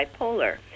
bipolar